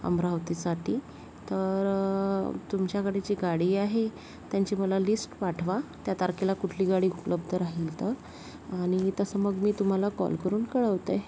अमरावतीसाठी तर तुमच्याकडे जी गाडी आहे त्यांची मला लिस्ट पाठवा त्या तारखेला कुठली गाडी उपलब्ध राहील तर आणि तसं मग मी तुम्हाला कॉल करून कळवते